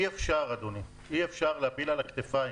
אדוני, אי אפשר להפיל על הכתפיים